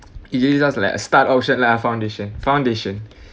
start option lah foundation foundation